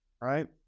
right